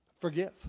Forgive